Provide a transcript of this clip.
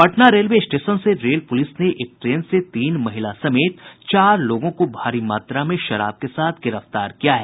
Patna railway station से rail police ने एक ट्रेन से तीन महिला समेत चार लोगों को भारी मात्रा में शराब के साथ गिरफ्तार किया है